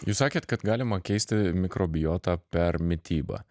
jūs sakėt kad galima keisti mikrobiotą per mitybą